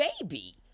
baby